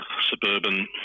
suburban